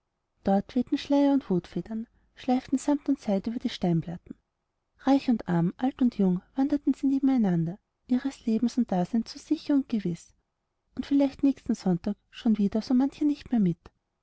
dort wehten schleier und hutfedern schleiften samt und seide über die steinplatten reich und arm alt und jung wanderten sie nebeneinander ihres lebens und daseins so sicher und gewiß und vielleicht nächsten sonntag schon ging so mancher nicht mehr mit